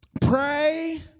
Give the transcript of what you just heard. Pray